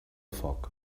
foc